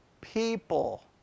people